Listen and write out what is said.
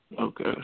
Okay